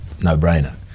no-brainer